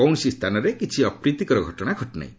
କୌଣସି ସ୍ଥାନରେ କିଛି ଅପ୍ରୀତିକର ଘଟଣା ଘଟିନାହିଁ